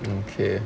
okay